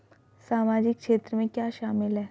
सामाजिक क्षेत्र में क्या शामिल है?